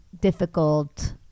difficult